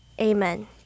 Amen